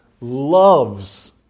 loves